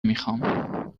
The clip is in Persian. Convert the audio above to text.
میخوام